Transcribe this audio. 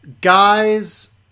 guys